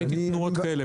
ראיתי תנועות כאלה.